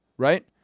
Right